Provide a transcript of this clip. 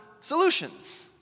solutions